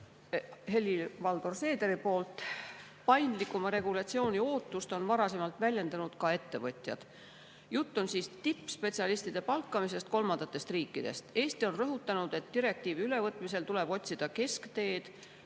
Helir-Valdor Seeder. Paindlikuma regulatsiooni ootust on varasemalt väljendanud ka ettevõtjad. Jutt on tippspetsialistide palkamisest kolmandatest riikidest. Eesti on rõhutanud, et direktiivi ülevõtmisel tuleb otsida keskteed,